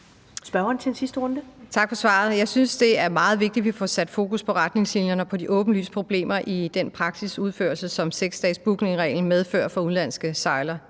Birgitte Bergman (KF): Tak for svaret. Jeg synes, det er meget vigtigt, vi får sat fokus på retningslinjerne og på de åbenlyse problemer i den praksisudførelse, som 6-dagesbookingreglen medfører for udenlandske sejlere.